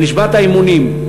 ונשבעת אמונים.